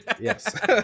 yes